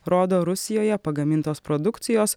rodo rusijoje pagamintos produkcijos